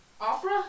Opera